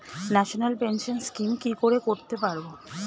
National pension scheme কি করে করতে পারব?